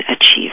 achieve